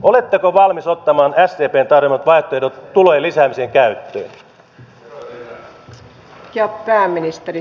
oletteko valmis ottamaan sdpn tarjoamat vaihtoehdot tulojen lisäämiseksi käyttöön